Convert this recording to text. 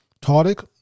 Tardic